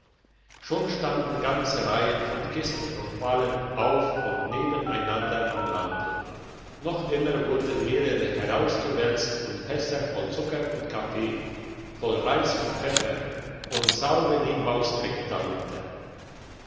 schon standen ganze reihen von kisten und ballen auf und nebeneinander am lande noch immer wurden mehrere herausgewälzt und fässer voll zucker und kaffee voll reis und pfeffer und salveni mausdreck darunter